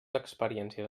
experiències